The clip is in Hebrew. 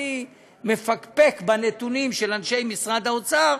אני מפקפק בנתונים של אנשי משרד האוצר,